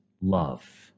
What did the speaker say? love